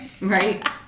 right